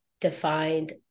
defined